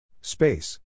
Space